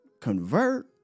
convert